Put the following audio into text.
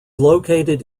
located